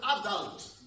adult